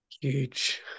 Huge